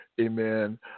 Amen